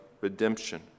redemption